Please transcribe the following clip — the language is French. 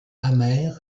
amer